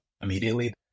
immediately